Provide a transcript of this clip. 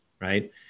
Right